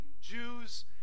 Jews